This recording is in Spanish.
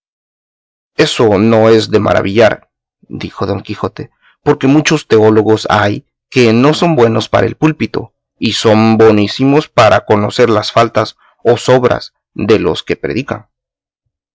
eso no es de maravillar dijo don quijote porque muchos teólogos hay que no son buenos para el púlpito y son bonísimos para conocer las faltas o sobras de los que predican